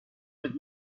with